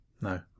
no